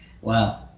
Wow